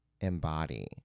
embody